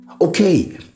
Okay